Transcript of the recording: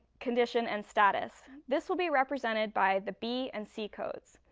condition and status. this will be represented by the b and c codes.